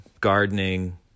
gardening